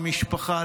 המשפחה,